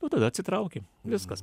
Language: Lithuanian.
nu tada atsitraukiam viskas